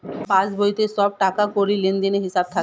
পাসবইতে সব টাকাকড়ির লেনদেনের হিসাব থাকে